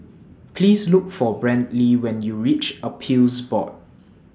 Please Look For Brantley when YOU REACH Appeals Board